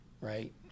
right